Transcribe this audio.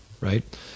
right